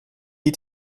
die